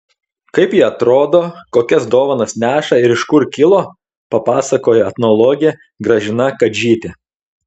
kaip ji atrodo kokias dovanas neša ir iš kur kilo papasakojo etnologė gražina kadžytė